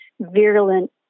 virulent